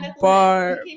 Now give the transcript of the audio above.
bar